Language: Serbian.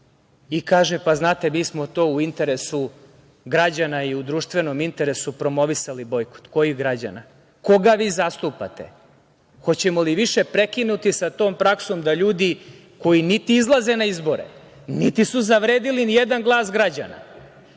i kaže – pa, znate, mi smo to u interesu građana i u društvenom interesu promovisali bojkot. Kojih građana? Koga vi zastupate? Hoćemo li više prekinuti sa tom praksom da ljudi koji niti izlaze na izbore, niti su zavredeli nijedan glas građana,